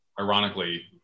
ironically